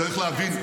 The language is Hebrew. צריך להבין,